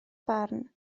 barn